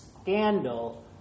scandal